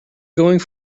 going